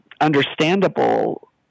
understandable